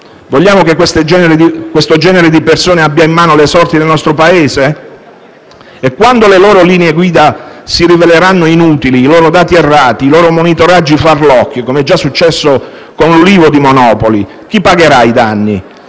Vogliamo che questo genere di persone abbia in mano le sorti del nostro Paese? Quando le loro linee guida si riveleranno inutili, i loro dati errati, i loro monitoraggi farlocchi (come è già successo con l'ulivo di Monopoli), chi pagherà i danni?